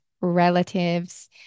relatives